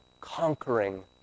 conquering